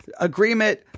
agreement